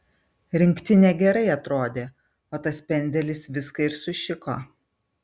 rinktinė gerai atrodė o tas pendelis viską ir sušiko